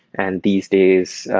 and these days,